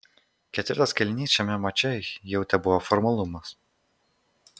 ketvirtas kėlinys šiame mače jau tebuvo formalumas